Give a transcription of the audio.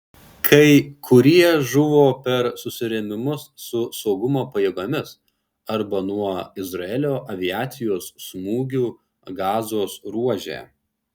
kai kurie žuvo per susirėmimus su saugumo pajėgomis arba nuo izraelio aviacijos smūgių gazos ruože